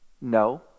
No